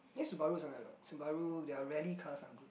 i think Subaru's another one Subaru their rally cars are good